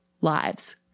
lives